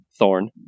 thorn